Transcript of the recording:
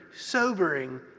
sobering